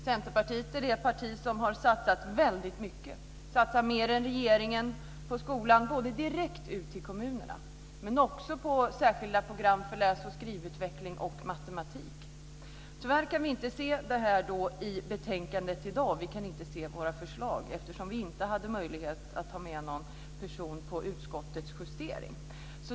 Centerpartiet är det parti som har satsat väldigt mycket - mer än regeringen - på skolan, både direkt ut till kommunerna och på särskilda program för läs och skrivutveckling samt matematik. Tyvärr går det inte att se våra förslag i dagens betänkande. Det beror på att vi i Centerpartiet inte hade möjlighet att ha med någon vid utskottets justering.